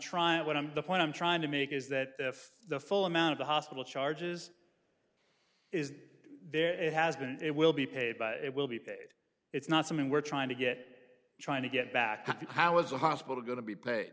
trying what i'm the point i'm trying to make is that if the full amount of the hospital charges is there it has been it will be paid by it will be paid it's not something we're trying to get trying to get back to how is the hospital going to be paid